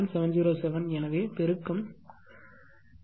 707 எனவே பெருக்கம் 0